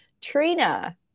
Trina